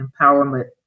Empowerment